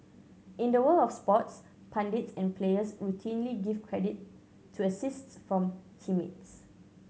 in the world of sports pundits and players routinely give credit to assists from teammates